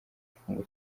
igifungo